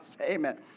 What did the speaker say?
Amen